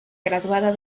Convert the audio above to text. graduada